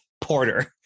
Porter